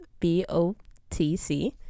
BOTC